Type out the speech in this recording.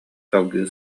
салгыы